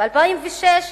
ב-2006,